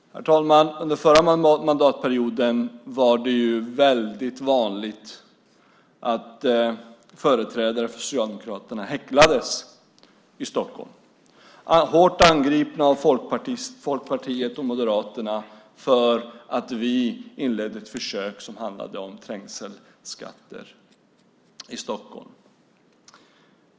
Herr talman! Under förra mandatperioden var det väldigt vanligt att företrädare för Socialdemokraterna häcklades i Stockholm. Vi var hårt angripna av Folkpartiet och Moderaterna för att vi inledde ett försök som handlade om trängselskatter i Stockholm.